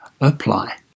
apply